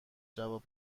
جواب